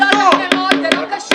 --- זה לא קשור.